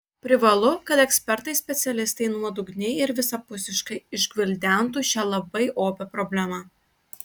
privalu kad ekspertai specialistai nuodugniai ir visapusiškai išgvildentų šią labai opią problemą